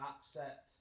accept